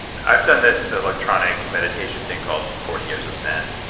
i've done this electronic meditation thing called forty years of zen,